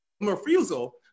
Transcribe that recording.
refusal